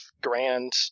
grand